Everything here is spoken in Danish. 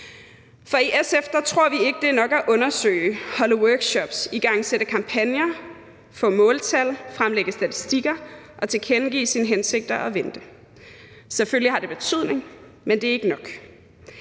I SF tror vi ikke, at det er nok at undersøge, holde workshops, igangsætte kampagner, få måltal, fremlægge statistikker og tilkendegive sine hensigter og vente. Selvfølgelig har det betydning, men det er ikke nok.